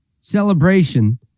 celebration